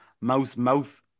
mouse-mouth